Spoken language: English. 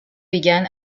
began